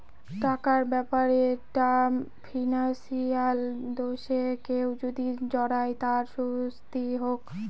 টাকার ব্যাপারে বা ফিনান্সিয়াল দোষে কেউ যদি জড়ায় তার শাস্তি হোক